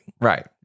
Right